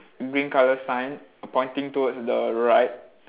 green colour sign pointing towards the right